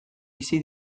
bizi